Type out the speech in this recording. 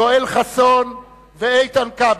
יואל חסון ואיתן כבל.